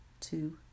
two